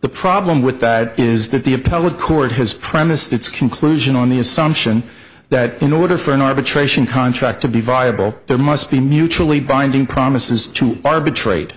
the problem with that is that the appellate court has premised its conclusion on the assumption that in order for an arbitration contract to be viable there must be mutually binding promises to arbitrate